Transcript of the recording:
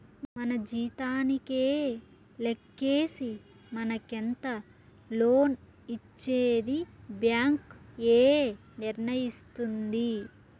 మన జీతానికే లెక్కేసి మనకెంత లోన్ ఇచ్చేది బ్యాంక్ ఏ నిర్ణయిస్తుంది